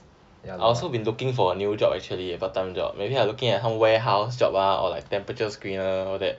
I also been looking for a new job actually a part time job maybe I'm looking at some warehouse job ah or like temperature screener all that